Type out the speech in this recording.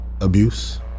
abuse